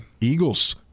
Eagles